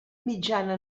mitjana